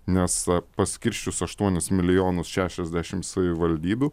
nes paskirsčius aštuonis milijonus šešiasdešimt savivaldybių